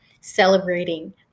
celebrating